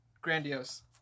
Grandiose